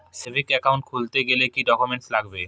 Savings account খুলতে গেলে কি কি ডকুমেন্টস লাগবে?